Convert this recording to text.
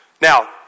Now